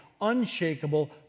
unshakable